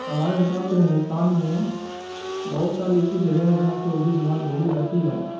ہمارے حساب سے ہندوستان میں بہت ساری ایسی جگہیں ہیں جہاں پہ اردو زبان بولی جاتی ہے